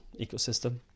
ecosystem